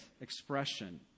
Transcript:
expression